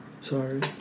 Sorry